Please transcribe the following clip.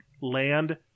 land